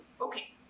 Okay